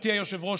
גברתי היושבת-ראש,